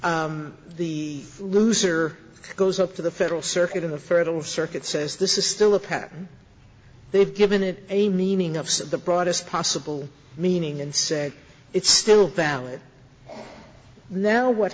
alive the loser goes up to the federal circuit in the fertile circuit says this is still a patent they've given it a meaning of the broadest possible meaning and say it's still valid now what